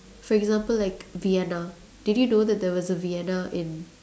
for example like Vienna did you know there was a Vienna in